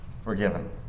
forgiven